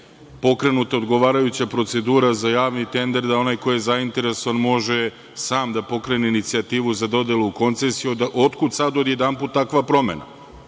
pokrenuta odgovarajuća procedura za javni tender, da onaj ko je zainteresovan može sam da pokrene inicijativu za dodelu koncesije. Otkud sad odjedanput takva promena?